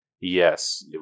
yes